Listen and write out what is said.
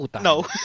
No